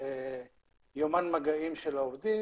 יומן מגעים של העובדים.